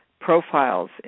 profiles